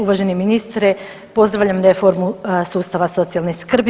Uvaženi ministre pozdravljam reformu sustava socijalne skrbi.